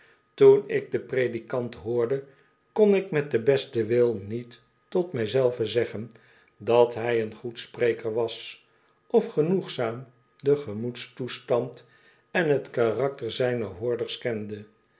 toen ik den predikant hoorde kon ik met den besten wil niet tot mij zelven zeggen dat hij een goed spreker was of genoegzaam den gemoedstoestand en t karakter zijner hoorders kende